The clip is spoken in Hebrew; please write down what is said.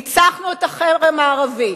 ניצחנו את החרם הערבי,